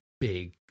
big